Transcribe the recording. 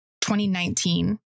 2019